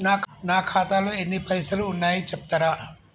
నా ఖాతాలో ఎన్ని పైసలు ఉన్నాయి చెప్తరా?